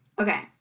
Okay